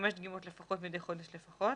חמש דגימות לפחות, מדי חודש לפחות.